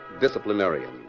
disciplinarian